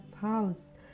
house